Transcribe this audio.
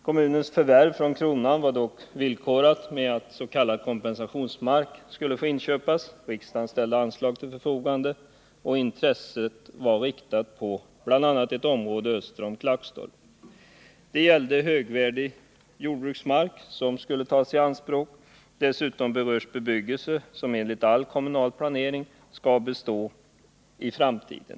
Kommunens förvärv från kronan var dock villkorat på så sätt att s.k. kompensationsmark skulle få inköpas. Riksdagen ställde anslag till förfogande, och intresset har varit riktat på bl.a. ett område öster om Klagstorp. Det var högvärdig jordbruksmark som skulle tas i anspråk. Dessutom berördes bebyggelse som enligt all kommunal planering skall bestå i framtiden.